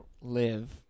live